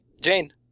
Jane